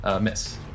miss